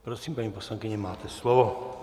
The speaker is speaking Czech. Prosím, paní poslankyně, máte slovo.